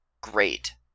great